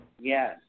Yes